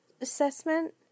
assessment